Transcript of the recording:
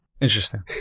Interesting